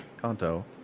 Kanto